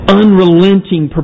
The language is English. unrelenting